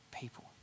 people